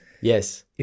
Yes